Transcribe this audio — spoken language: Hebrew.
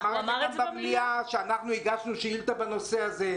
הוא אמר את זה גם במליאה בתשובה לשאילתה שלנו בנושא הזה.